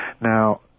Now